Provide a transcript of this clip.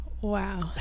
Wow